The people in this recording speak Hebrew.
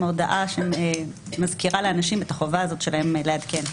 הודעה שמזכירה לאנשים את החובה שלהם לעדכן?